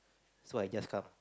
so I just come